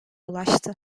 ulaştı